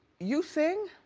you sing?